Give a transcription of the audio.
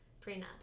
prenups